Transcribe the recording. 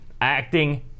acting